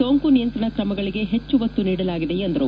ಸೋಂಕು ನಿಯಂತ್ರಣ ಕ್ರಮಗಳಿಗೆ ಹೆಚ್ಚು ಒತ್ತು ನೀಡಲಾಗಿದೆ ಎಂದರು